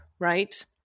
Right